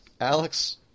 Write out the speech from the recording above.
Alex